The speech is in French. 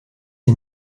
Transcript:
est